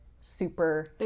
super